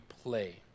play